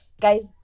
guys